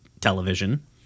television